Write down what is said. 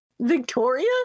Victoria